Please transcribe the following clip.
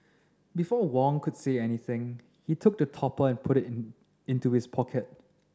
before Wong could say anything he took the topper and put it in in to his pocket